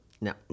no